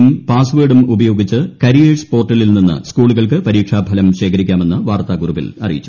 യും പാസ്വേർഡും ഉപയോഗിച്ച് കരിയേഴ്സ് പോർട്ടലിൽ നിന്ന് സ്കുളൂകൾക്ക് പരീക്ഷാഫലം ശേഖരിക്കാമെന്ന് വാർത്താക്കുറിപ്പിൽ അറ്റ്യൂയിച്ചു